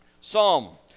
Psalm